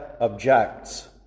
objects